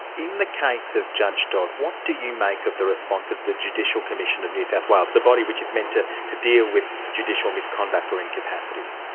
in the case of judge dodd, what do you make of the response of the judicial commission of new south wales, the body which is meant to to deal with judicial misconduct or incapacity?